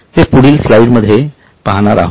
ते आपण पुढील स्लाइड मध्ये पाहणार आहोत